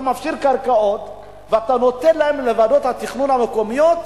אתה מפשיר קרקעות ואתה נותן לוועדות התכנון המקומיות.